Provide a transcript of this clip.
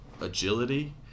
agility